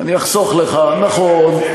אני אחסוך לך, נכון.